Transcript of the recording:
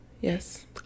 Yes